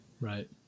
Right